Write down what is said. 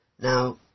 Now